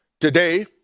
Today